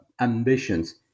ambitions